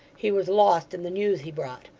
he was lost in the news he brought.